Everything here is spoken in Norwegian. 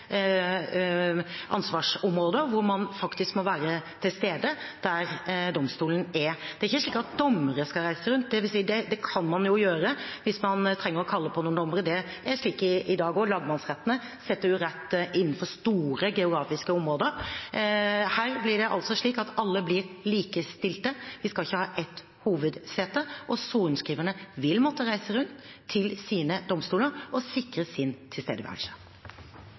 ansvarsområder, og at man faktisk må være til stede der domstolen er. Det er ikke slik at dommere skal reise rundt – dvs. det kan man jo gjøre hvis man trenger å kalle på noen dommere. Det er slik i dag også. Lagmannsrettene setter jo rett innenfor store geografiske områder. Her blir det slik at alle blir likestilte. De skal ikke ha ett hovedsete. Og sorenskriverne vil måtte reise rundt til sine domstoler og sikre sin tilstedeværelse.